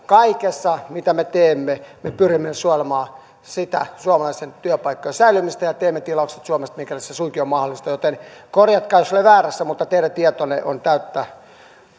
kaikessa mitä me teemme me pyrimme suojelemaan sitä suomalaisten työpaikkojen säilymistä ja teemme tilaukset suomesta mikäli se suinkin on mahdollista joten korjatkaa jos olen väärässä mutta teidän tietonne on täyttä